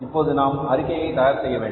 இப்போது நாம் அறிக்கையை தயார் செய்ய வேண்டும்